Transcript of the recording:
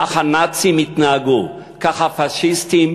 כך הנאצים התנהגו, כך הפאשיסטים,